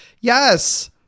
Yes